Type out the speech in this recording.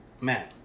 man